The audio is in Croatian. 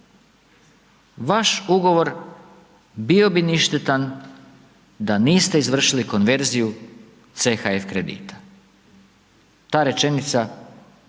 Vaš ugovor bio bi ništetan da niste izvršili konverziju CHF kredita. Ta rečenica